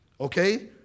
okay